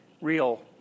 real